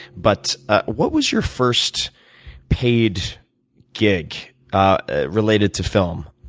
but what was your first paid gig ah related to film?